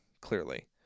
clearly